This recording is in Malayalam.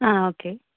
ആ ഓക്കെ